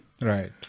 Right